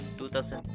2000